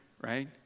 right